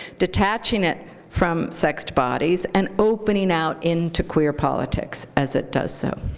detaching it from sexed bodies and opening out into queer politics as it does so.